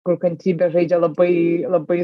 kur kantrybė žaidžia labai labai